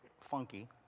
funky